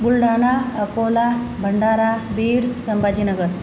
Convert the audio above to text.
Buldhana Akola Bhandara Beed Sambhajinagar